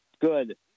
good